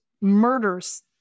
murders